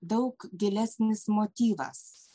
daug gilesnis motyvas